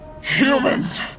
humans